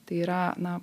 tai yra na